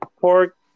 pork